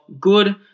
good